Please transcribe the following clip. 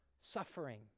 suffering